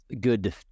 good